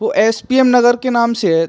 वह S P M Nagar के नाम से है